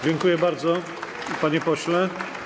Dziękuję bardzo, panie pośle.